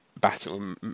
battle